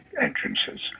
entrances